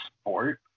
sport